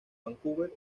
vancouver